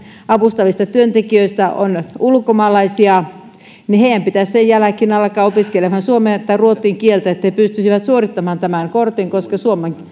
avustavista työntekijöistä on ulkomaalaisia ja heidän pitäisi sen jälkeen alkaa opiskelemaan suomen tai ruotsin kieltä että he pystyisivät suorittamaan tämän kortin koska